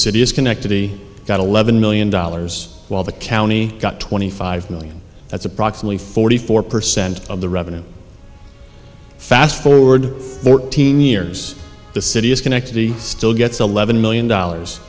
city is connected he got eleven million dollars while the county got twenty five million that's approximately forty four percent of the revenue fast forward fourteen years the city is connected he still gets eleven million dollars